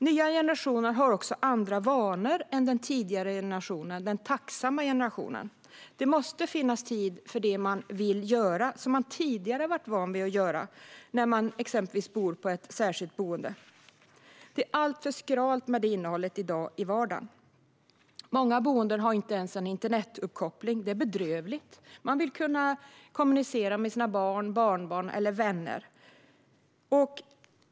Nya generationer har också andra vanor än den tidigare generationen - den tacksamma generationen. Det måste finnas tid för det man vill göra, för det man tidigare har varit van vid att göra, när man exempelvis bor på ett särskilt boende. Det är alltför skralt med det innehållet i dag i vardagen. Många boenden har inte ens en internetuppkoppling. Det är bedrövligt. Man vill kunna kommunicera med sina barn, barnbarn eller vänner.